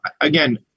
again